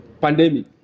Pandemic